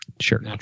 sure